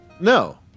No